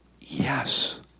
yes